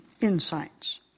insights